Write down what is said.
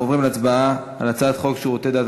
אנחנו עוברים להצבעה על הצעת חוק שירותי הדת